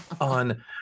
on